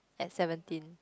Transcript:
at seventeen